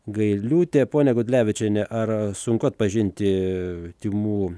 gailiūtė pone gudlevičiene ar sunku atpažinti tymų